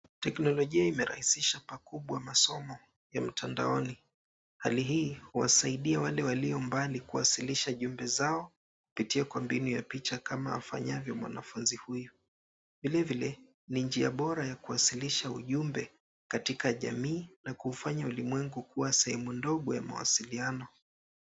Teknolojia imerahisisha pakubwa masomo ya mtandaoni. Hali hii huwasaidia wale walio mbali kuwasilisha jumbe zao kupitia mbinu ya picha kama afanyavyo msichana huyu. Vilevile ni njia bora ya kuwasilisha ujumbe katika jamii na kufanya ulimwengu kuwa sehemu ndogo ya mawasiliano.